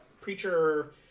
preacher